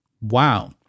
Wow